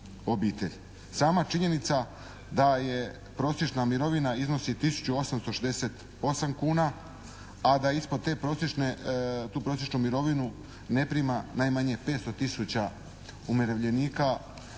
Sama činjenica da je prosječna mirovina iznosi 1.868,00 kuna, a da ispod te prosječne, tu prosječnu mirovinu ne prima najmanje 500 tisuća umirovljenika